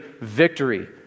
victory